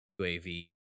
UAV